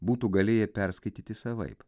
būtų galėję perskaityti savaip